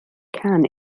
can